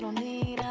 me,